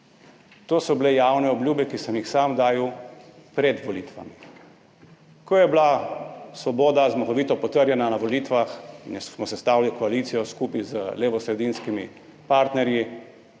To so bile javne obljube, ki sem jih sam dal pred volitvami. Ko je bila Svoboda zmagovito potrjena na volitvah in smo sestavili koalicijo skupaj z levosredinskimi partnerji,